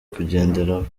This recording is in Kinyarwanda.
kugenderaho